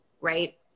right